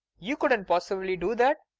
you couldn't possibly do that.